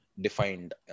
defined